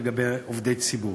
לגבי עובדי ציבור.